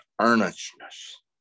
earnestness